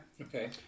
okay